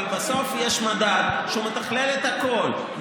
אבל בסוף יש מדד שהוא מתכלל את הכול,